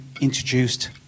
introduced